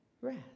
rest